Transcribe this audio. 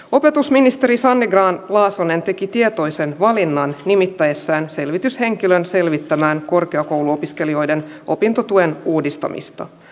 opetusministeri saa minkään laasonen teki tietoisen valinnan nimittäessään selvityshenkilön selvittämään korkeakouluopiskelijoiden opintotuen uudistamista